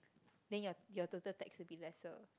then your total tax will be lesser